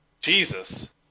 Jesus